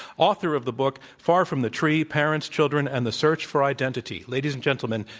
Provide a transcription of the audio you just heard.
author of the book far from the tree parents, children, and the search for identity. ladies and gentlemen,